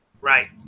Right